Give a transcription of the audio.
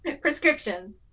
prescription